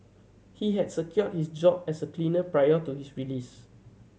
he had secured his job as a cleaner prior to his release